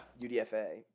UDFA